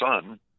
son